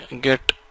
get